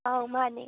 ꯑꯥꯎ ꯃꯥꯅꯤ